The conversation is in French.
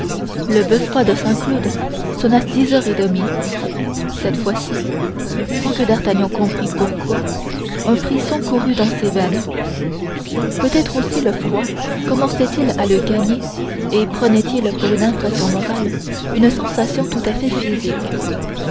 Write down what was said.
le beffroi de saint-cloud sonna dix heures et demie cette fois-ci sans que d'artagnan comprît pourquoi un frisson courut dans ses veines peut-être aussi le froid commençait-il à le gagner et prenait-il pour une impression morale une sensation tout à fait physique